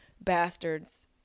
bastards